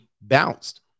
bounced